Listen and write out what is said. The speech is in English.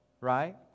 right